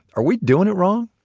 are we doing it wrong?